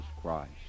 Christ